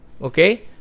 okay